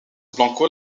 blanco